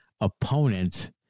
opponent